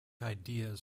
ideas